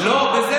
במה?